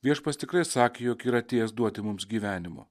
viešpats tikrai sakė jog yra atėjęs duoti mums gyvenimo